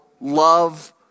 love